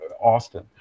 austin